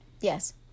yes